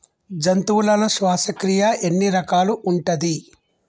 జంతువులలో శ్వాసక్రియ ఎన్ని రకాలు ఉంటది?